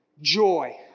joy